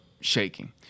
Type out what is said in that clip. shaking